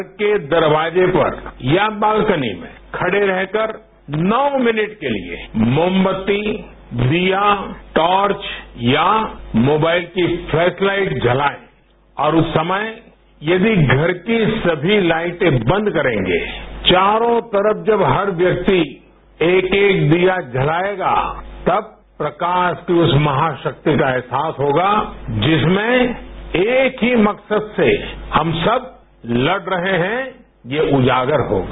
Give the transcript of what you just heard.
घर के दरवाजे पर या बालकनी में खड़े रहकर नौ मिनट के लिए मोमबत्ती दीया ट्रॉर्च या मोबाइल की फ्लैस लाइट जलाएं और उस समय यदि घर की सभी लाइटें बंद करेंगे चारों तरफ जब हर व्यक्ति एक एक दीया जलाएगा तब प्रकाश की उस महाशाक्ति का अहसास होगा जिसमें एक ही मकसद से हम सब लड़ रहे हैं ये उजागर होगा